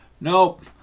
Nope